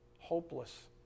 hopeless